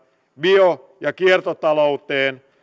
bio ja kiertotalouteen